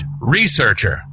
researcher